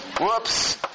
whoops